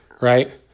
right